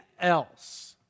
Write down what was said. else